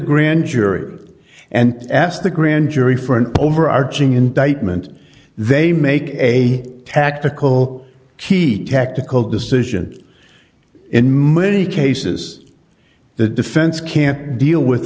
grand jury and ask the grand jury for an overarching indictment they make a tactical key tactical decision in many cases the defense can't deal with